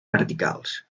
verticals